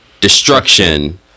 destruction